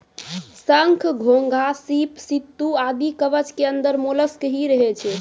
शंख, घोंघा, सीप, सित्तू आदि कवच के अंदर मोलस्क ही रहै छै